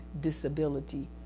disability